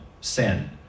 sin